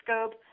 scope